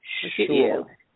Sure